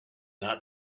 not